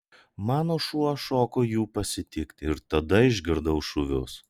mano šuo šoko jų pasitikti ir tada išgirdau šūvius